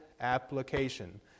application